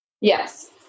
Yes